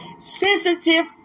sensitive